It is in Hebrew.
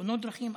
בתאונות דרכים.